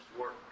work